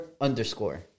underscore